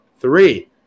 three